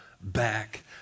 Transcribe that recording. back